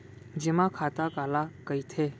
जेमा खाता काला कहिथे?